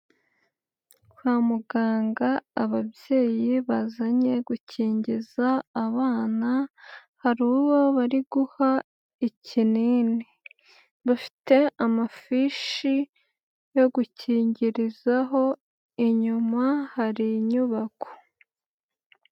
Kwa muganga ababyeyi bazanye gukingiza abana, hari uwo bari guha ikinini. Bafite amafishi yo gukingirizaho, inyuma hari inyubako.